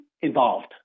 involved